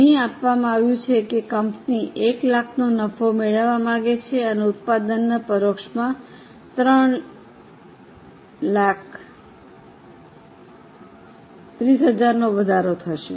અહીં આપવા આપ્યું છે કે કંપની 100000 નો નફો મેળવવા માંગે છે અને ઉત્પાદના પરોક્ષમાં 30000 નો વધારો થશે